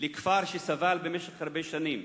לכפר שסבל במשך הרבה שנים.